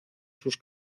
sus